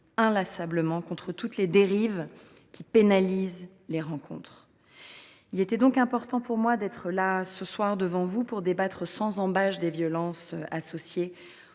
inlassablement contre toutes les dérives qui pénalisent les rencontres. Il était donc important pour moi d’être présente ce soir devant vous pour débattre sans ambages des violences associées